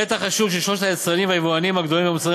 נתח השוק של שלושת היצרנים והיבואנים הגדולים במוצרים